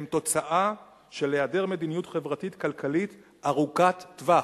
הם תוצאה של היעדר מדיניות חברתית-כלכלית ארוכת טווח,